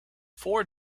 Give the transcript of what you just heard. four